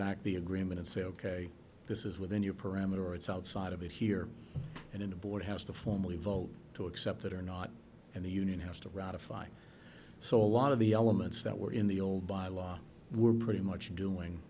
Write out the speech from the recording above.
back the agreement and say ok this is within your parameter it's outside of it here and in the board has to formally vote to accept it or not and the union has to ratify so a lot of the elements that were in the old by law were pretty much doing